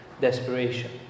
desperation